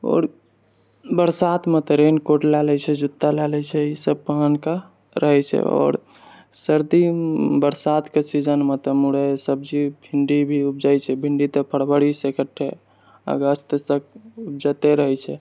आओर बरसातमे तऽ रेन कोट लए लै छै जूता लए लै छै ई सब पहनकऽ रहै छै आओर सर्दी बरसातके सीजनमे तऽ मूरै सब्जी ठण्डी भी उपजै छै भिन्डी तऽ फरवरीमे इकट्ठे अगस्त तक उपजिते रहै छै